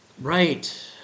Right